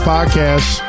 Podcast